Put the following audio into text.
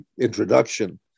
introduction